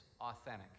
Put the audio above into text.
authentic